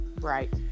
Right